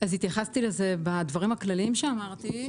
אז התייחסתי לזה בדברים הכלליים שאמרתי,